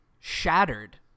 shattered